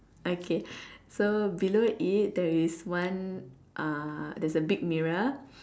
okay so below it there is one uh there's a big mirror